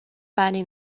binding